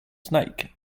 snake